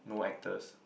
no actors